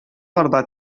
барда